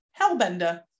hellbender